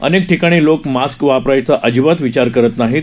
अनेक ठिकाणी लोक मास्क वापरायचा अजिबात विचार करत नाहीत